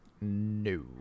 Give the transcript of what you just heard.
No